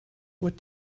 what